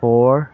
four